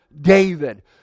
David